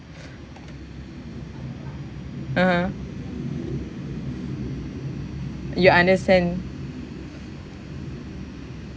(uh huh) you understand